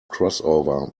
crossover